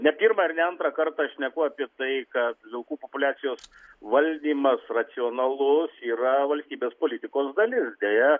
ne pirmą ir ne antrą kartą šneku apie tai kad vilkų populiacijos valdymas racionalus yra valstybės politikos dalis deja